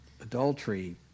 adultery